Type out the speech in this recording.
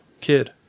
kid